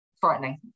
frightening